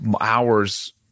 hours